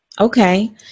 Okay